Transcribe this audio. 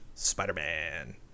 Spider-Man